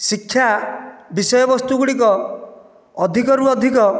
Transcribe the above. ଶିକ୍ଷା ବିଷୟବସ୍ତୁ ଗୁଡ଼ିକ ଅଧିକରୁ ଅଧିକ